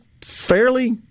fairly